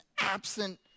absent